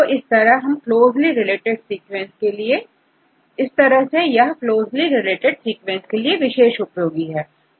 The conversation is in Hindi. तो इस तरह यह क्लोज़ली रिलेटेड सीक्वेंसेस के लिए विशेष उपयोगी है